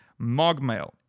MogMail